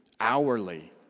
hourly